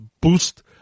boost